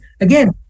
again